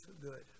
good